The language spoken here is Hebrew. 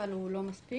אבל הוא לא מספיק,